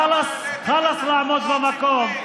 חלאס לעמוד במקום,